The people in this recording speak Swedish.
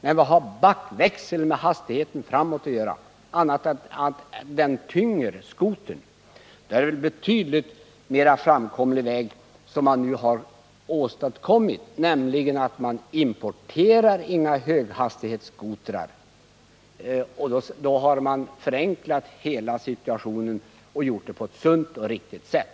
Men vad har backväxeln med hastigheten framåt att göra annat än att den tynger skotern? Då är det en betydligt mera framkomlig väg som vi nu har åstadkommit, nämligen att man inte importerar några höghastighetsskotrar. Därmed har man förenklat hela situationen och åstadkommit en förbättring på ett sunt och riktigt sätt.